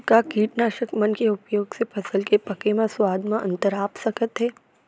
का कीटनाशक मन के उपयोग से फसल के पके म स्वाद म अंतर आप सकत हे?